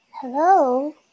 Hello